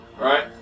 right